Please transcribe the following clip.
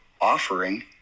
offering